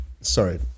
sorry